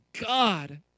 God